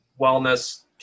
wellness